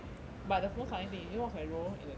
but the most funny thing you know what's my role in the team